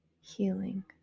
healing